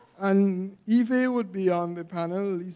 and evie will be on the panel.